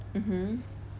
mmhmm